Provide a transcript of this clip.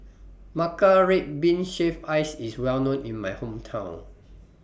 Matcha Red Bean Shaved Ice IS Well known in My Hometown